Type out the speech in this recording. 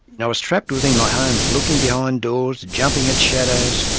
and i was trapped within my home, looking behind doors, jumping at shadows,